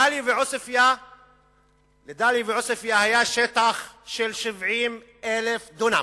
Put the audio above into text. לדאליה ועוספיא היה שטח של 70,000 דונם,